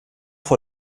vor